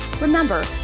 Remember